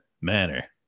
manner